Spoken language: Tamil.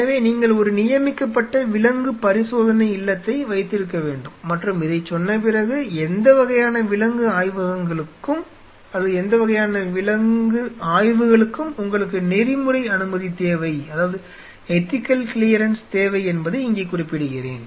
எனவே நீங்கள் ஒரு நியமிக்கப்பட்ட விலங்கு பரிசோதனை இல்லத்தை வைத்திருக்க வேண்டும் மற்றும் இதைச் சொன்ன பிறகு எந்த வகையான விலங்கு ஆய்வுகளுக்கும் உங்களுக்கு நெறிமுறை அனுமதி தேவை என்பதை இங்கே குறிப்பிடுகிறேன்